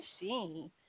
Machine